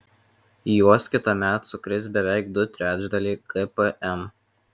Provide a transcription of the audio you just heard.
į juos kitąmet sukris beveik du trečdaliai gpm